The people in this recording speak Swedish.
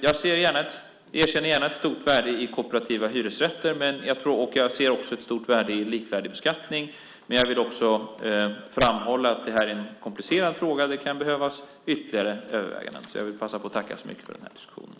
Jag erkänner gärna att det finns ett stort värde i kooperativa hyresrätter, och jag ser också ett stort värde i likvärdig beskattning. Men jag vill också framhålla att det här är en komplicerad fråga. Det kan behövas ytterligare överväganden. Jag vill passa på att tacka så mycket för den här diskussionen.